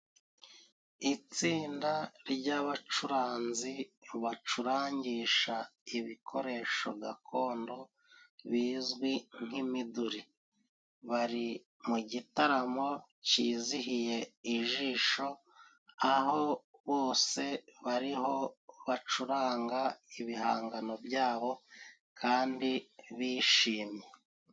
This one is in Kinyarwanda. Itsinda ry'abacuranzi bacurangisha ibikoresho gakondo bizwi nk'imiduri, bari mu gitaramo cyizihiye ijisho aho bose bariho bacuranga ibihangano byabo kandi bishimye.